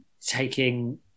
taking